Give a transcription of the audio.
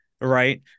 right